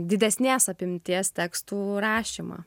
didesnės apimties tekstų rašymą